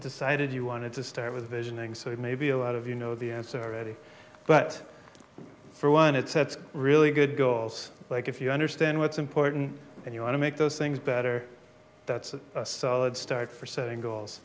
decided you wanted to start with visioning so it may be a lot of you know the answer ready but for one it sets really good goals like if you understand what's important and you want to make those things better that's a solid start for setting goals